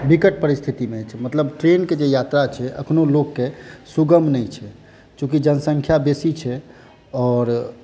विकट परिस्थितिमे अछि मतलब ट्रेन के जे यात्रा छै अखनहुँ लोकके सुगम नहि छै चूँकि जनसंख्या बेसी छै आओर